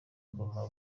ngoma